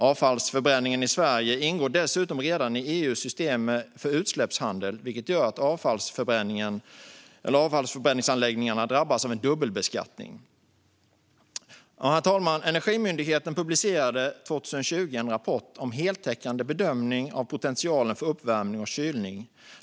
Avfallsförbränningen i Sverige ingår dessutom redan i EU:s system för utsläppshandel, vilket gör att avfallsförbränningsanläggningarna drabbas av en dubbelbeskattning. Herr talman! Energimyndigheten publicerade 2020 en rapport om heltäckande bedömning av potentialen för uppvärmning och kylning.